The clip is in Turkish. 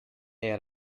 yer